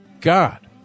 God